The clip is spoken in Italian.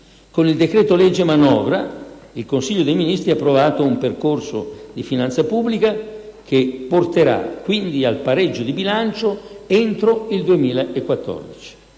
Con il decreto-legge manovra il Consiglio dei ministri ha approvato un percorso di finanza pubblica che porterà quindi al pareggio di bilancio entro il 2014.